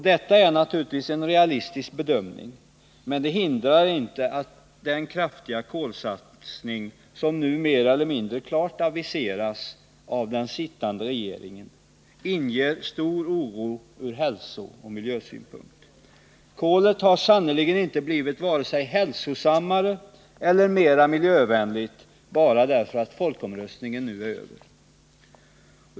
Det är naturligtvis en realistisk bedömning, men det hindrar inte att den kraftiga satsning på kol som nu mer eller mindre klart aviserats av den sittande regeringen inger stor oro ur hälsooch miljösynpunkt. Kolet har sannerligen inte blivit vare sig hälsosammare eller mer miljövänligt bara för att folkomröstningen nu är över.